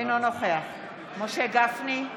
אינו נוכח משה גפני,